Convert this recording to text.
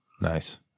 Nice